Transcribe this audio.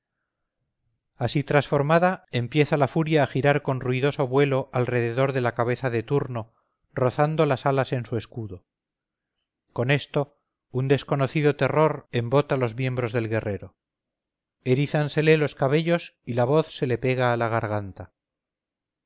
así transformada empieza la furia a girar con ruidoso vuelo alrededor de la cabeza de turno rozando las alas en su escudo con esto un desconocido terror embota los miembros del guerrero erízansele los cabellos y la voz se le pega a la garganta